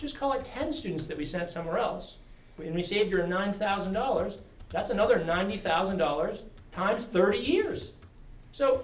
just collect ten students that we sent somewhere else we receive your nine thousand dollars that's another ninety thousand dollars times thirty years so